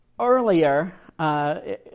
earlier